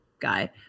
guy